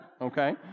okay